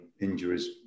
injuries